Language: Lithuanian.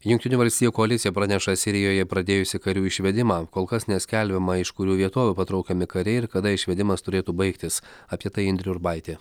jungtinių valstijų koalicija praneša sirijoje pradėjusi karių išvedimą kol kas neskelbiama iš kurių vietovių patraukiami kariai ir kada išvedimas turėtų baigtis apie tai indrė urbaitė